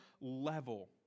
level